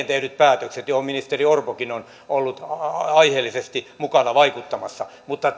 tehdyt päätökset joihin ministeri orpokin on ollut aiheellisesti mukana vaikuttamassa mutta